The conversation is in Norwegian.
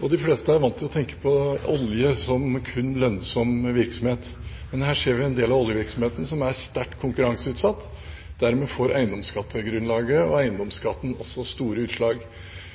De fleste er vant til å tenke på olje som kun lønnsom virksomhet, men her ser vi en del av oljevirksomheten som er sterkt konkurranseutsatt. Dermed får eiendomsskattegrunnlaget og eiendomsskatten store utslag.